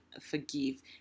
forgive